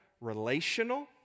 relational